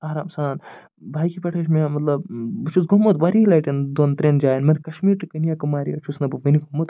آرام سان بایکہِ پٮ۪ٹھ حظ چھُ مےٚ مطلب بہٕ چھُس گوٚمُت واریاہہِ لٹہِ دوٚن ترٛیٚن جاین مَگر کَشمیٖر ٹُو کٔنیاکُماری حظ چھُس نہٕ بہٕ وُنہِ گوٚمُت